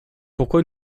pourquoi